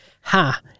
Ha